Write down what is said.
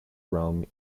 rome